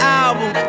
album